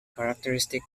characteristic